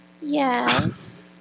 Yes